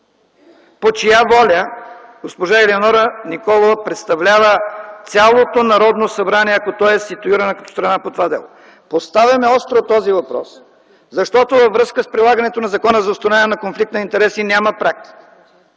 По чия воля госпожа Елеонора Николова представлява цялото Народното събрание, ако то е ситуирано като страна по това дело? Поставяме остро този въпрос, защото във връзка с прилагането на Закона за установяване на конфликт на интереси няма практика.